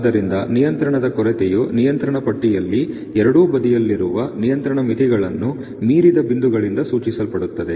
ಆದ್ದರಿಂದ ನಿಯಂತ್ರಣದ ಕೊರತೆಯು ನಿಯಂತ್ರಣ ಪಟ್ಟಿಯಲ್ಲಿ ಎರಡೂ ಬದಿಯಲ್ಲಿರುವ ನಿಯಂತ್ರಣ ಮಿತಿಗಳನ್ನು ಮೀರಿದ ಬಿಂದುಗಳಿಂದ ಸೂಚಿಸಲ್ಪಡುತ್ತದೆ